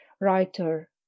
writer